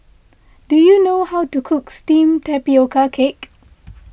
do you know how to cook Steamed Tapioca Cake